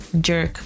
Jerk